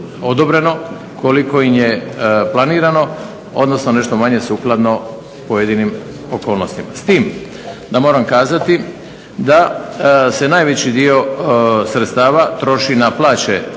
odobreno, koliko im je planirano, odnosno nešto manje sukladno pojedinim okolnostima. S tim da moram kazati da se najveći dio sredstava troši na plaće